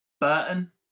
Burton